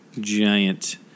giant